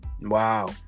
Wow